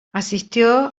asistió